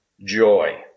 joy